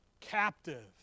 captive